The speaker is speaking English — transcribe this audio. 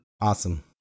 Awesome